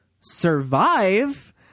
survive